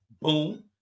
boom